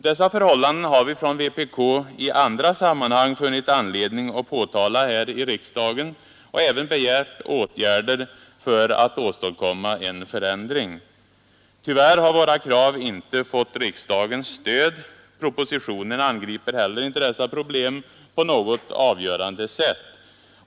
Dessa förhållanden har vi från vpk i andra sammanhang funnit anledning att påtala här i riksdagen och även begärt åtgärder för att åstadkomma en förändring. Tyvärr har våra krav inte fått riksdagens stöd. Propositionen angriper inte heller dessa problem på något avgörande sätt.